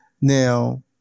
Now